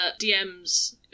DMs